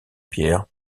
pierre